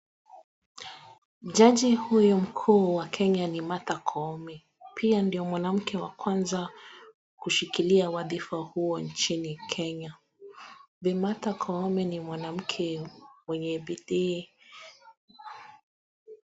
Jaji huyu mkuu wa Kenya Martha Koome pia ndo mwanamke wa kwanza kushikilia waadhifa huu nchini Kenya. Bi. Martha Koome ni mwanamke mwenye bidii.